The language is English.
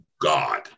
God